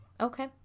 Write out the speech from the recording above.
Okay